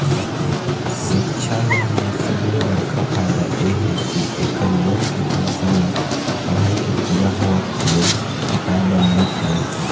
सिक्छा लोन म सबले बड़का फायदा ए हे के एखर लोन के पइसा ल पढ़ाई के पूरा होवत ले पटाए बर नइ परय